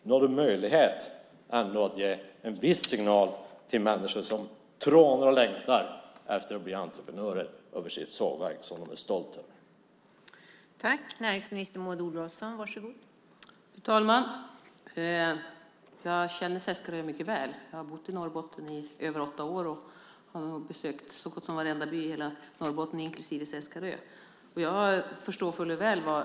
Nu har du möjlighet att ge en viss signal till människor som trånar och längtar efter entreprenörer att ta över sitt sågverk som de är stolta över.